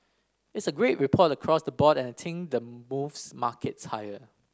it's a great report across the board and I think the moves markets higher